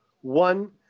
one